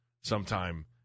sometime